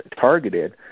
targeted